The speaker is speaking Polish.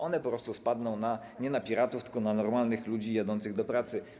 One po prostu spadną nie na piratów, tylko na normalnych ludzi jadących do pracy.